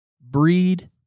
breed